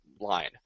line